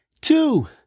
two